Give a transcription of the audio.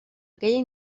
aquellas